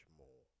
more